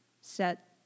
set